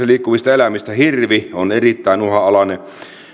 liikkuvista eläimistä hirvi on erittäin uhanalainen